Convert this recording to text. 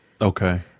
Okay